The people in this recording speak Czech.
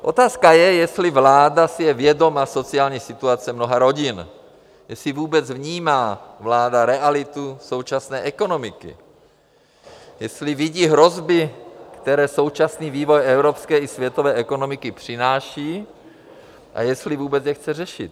Otázka je, jestli si je vláda vědoma sociální situace mnoha rodin, jestli vůbec vnímá vláda realitu současné ekonomiky, jestli vidí hrozby, které současný vývoj evropské i světové ekonomiky přináší a jestli vůbec je chce řešit.